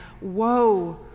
Woe